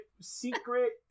secret